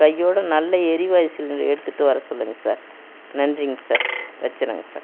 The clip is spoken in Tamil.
கையோடு நல்ல எரிவாயு சிலிண்டர் எடுத்துகிட்டு வர சொல்லுங்கள் சார் நன்றிங்க சார் வச்சுட்றங்க சார்